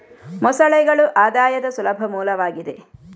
ಮೊಸಳೆಗಳು ಆದಾಯದ ಸುಲಭ ಮೂಲವಾಗಿದೆ